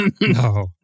No